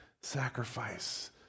sacrifice